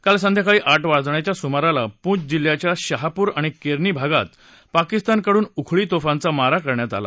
काल संध्याकाळी आठ वाजण्याच्या सुमाराला पूंछ जिल्ह्याच्या शहापूर आणि केरनी भागात पाकिस्तानकडून उखळी तोफांचा मारा करण्यात आला